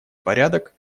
порядок